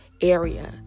area